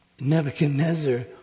Nebuchadnezzar